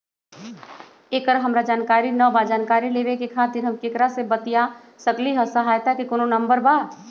एकर हमरा जानकारी न बा जानकारी लेवे के खातिर हम केकरा से बातिया सकली ह सहायता के कोनो नंबर बा?